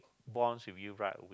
bonds with you right